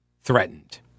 threatened